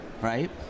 right